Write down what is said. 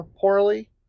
poorly